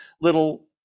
little